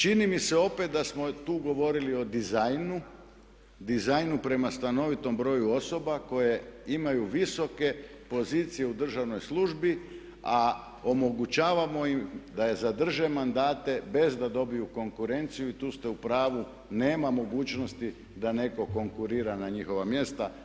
Čini mi se opet da smo tu govorili o dizajnu, dizajnu prema stanovitom broju osoba koje imaju visoke pozicije u državnoj službi a omogućavamo im da zadrže mandate bez da dobiju konkurenciju i tu ste u pravu nema mogućnosti da neko konkurira na njihova mjesta.